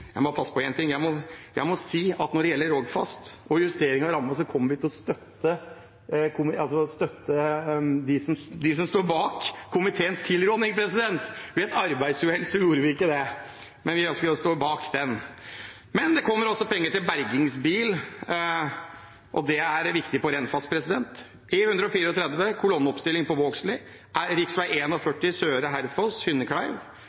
Jeg må også passe på å få sagt én ting: Når det gjelder Rogfast og justering av rammen, kommer vi til å støtte komiteens tilråding. Ved et arbeidsuhell gjorde vi ikke det, men vi ønsker altså å stå bak den. penger til bergingsbil – og det er viktig på Rennfast